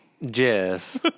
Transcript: Yes